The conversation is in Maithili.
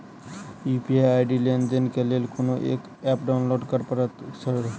यु.पी.आई आई.डी लेनदेन केँ लेल कोनो ऐप डाउनलोड करऽ पड़तय की सर?